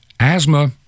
Asthma